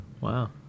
wow